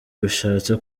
bishatse